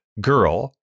girl